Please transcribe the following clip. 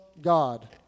God